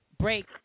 break